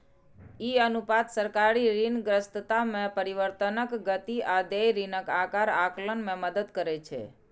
ई अनुपात सरकारी ऋणग्रस्तता मे परिवर्तनक गति आ देय ऋणक आकार आकलन मे मदति करै छै